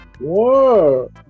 Whoa